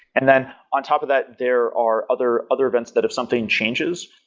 and then on top of that, there are other other events that if something changes,